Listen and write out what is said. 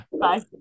bye